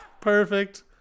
Perfect